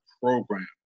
program